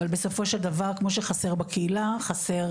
אבל בסופו של דבר כמו שחסר בקהילה חסר